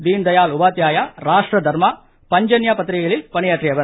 தீன் தயாள் உபாத்யாயா ராஷ்ட்ர தர்மா பஞ்சண்யா பத்திரிக்கைகளில் பணியாற்றியவர்